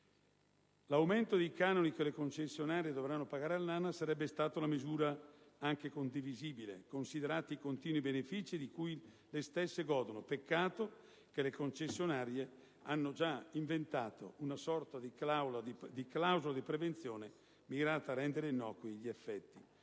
L'aumento dei canoni che le concessionarie autostradali dovranno pagare all'ANAS sarebbe stata una misura anche condivisibile, considerati i continui benefìci di cui le stesse godono. Peccato che le concessionarie hanno già inventato una sorta «clausola di prevenzione», mirata a rendere innocui gli effetti.